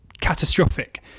catastrophic